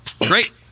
great